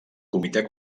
comitè